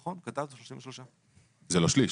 נכון, כתבנו 33. אבל זה לא שליש,